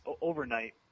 overnight